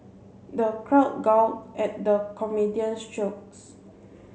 the crowd guffawed at the comedian's jokes